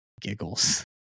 giggles